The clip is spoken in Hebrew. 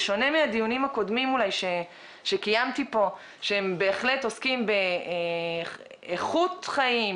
אולי בשונה מהדיונים הקודמים שקיימתי שבהחלט עוסקים באיכות חיים,